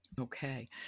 Okay